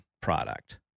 product